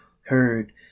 Heard